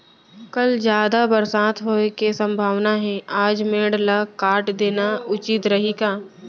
कल जादा बरसात होये के सम्भावना हे, आज मेड़ ल काट देना उचित रही का?